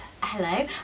Hello